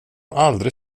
aldrig